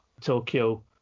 Tokyo